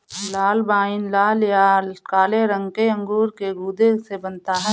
लाल wine लाल या काले रंग के अंगूर के गूदे से बनता है